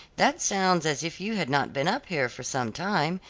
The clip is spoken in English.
that sounds as if you had not been up here for some time,